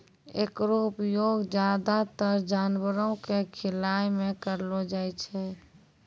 एकरो उपयोग ज्यादातर जानवरो क खिलाय म करलो जाय छै